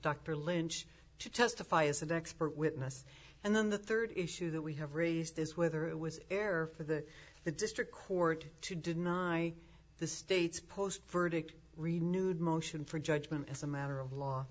dr lynch to testify as an expert witness and then the third issue that we have raised is whether it was error for the the district court to did not i the state's post verdict renewed motion for judgment as a matter of law